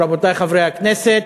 רבותי חברי הכנסת,